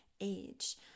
age